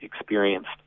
experienced